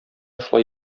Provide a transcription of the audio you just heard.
шулай